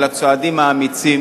על הצעדים האמיצים